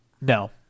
No